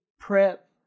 prep